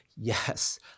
yes